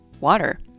water